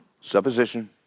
Supposition